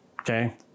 Okay